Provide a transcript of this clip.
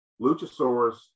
Luchasaurus